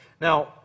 Now